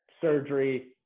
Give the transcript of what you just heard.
surgery